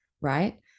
right